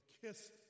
Kiss